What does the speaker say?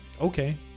Okay